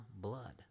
blood